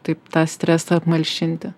taip tą stresą apmalšinti